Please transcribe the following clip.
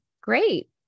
great